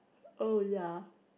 oh ya